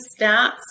stats